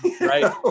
Right